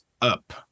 up